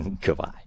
Goodbye